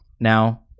Now